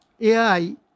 AI